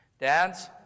Dads